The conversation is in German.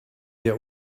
der